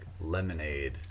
lemonade